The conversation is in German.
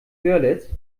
görlitz